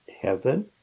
heaven